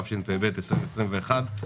התשפ"ב-2021,